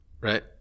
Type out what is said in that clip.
Right